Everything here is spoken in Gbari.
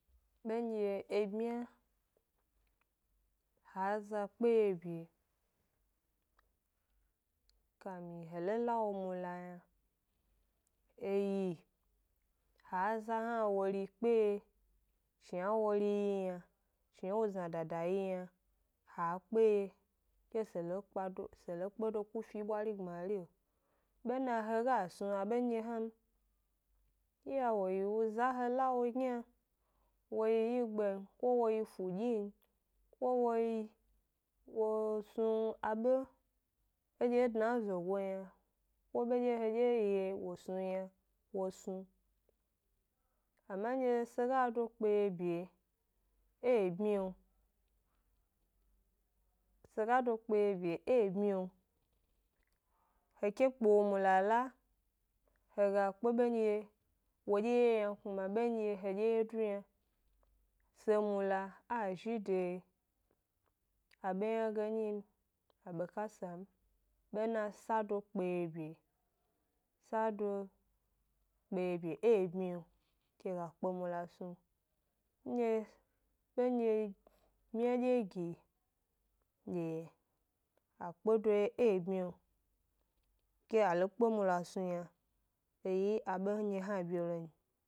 Bendye e bmya ha za kpeye bye kamin he lo la wo mula yna eyi, ha za hna wo 'ri kpeye shna wo 'ri yi yna, shna wo zna dada yi yna, ha kpeye ke se lo kpa do se lo kpe do ku fie bwari gbmario, bena he ga snu abendye hna m, iya wo yiu zandye he la wo gniyna wo yi wyigbe n, ko wo yi fudyi yi n, ko wo snu abe ndye e dna e zogo m yna, ko be dye hedye he wo snu m yna wo snu, ama ndye se ga do kpeye bye, e ebmyio, se ga do kpeye bye e ebmyio, he ke kpe wo mula la, he ga kpe bendye, wodye ye yna kuma bendye hedye ye du yna, se mula a zhi de abe ynage nyi m, abekasa m, bena sado kpeye bye, sa dokpeye bye e ebmyio ke ga kpe mula snu. Ndye bendye bmya dye gyi dye a kpedo ye e ebmyio ke a lo kpe mula snu yna e yi e abendye hna bye lo n.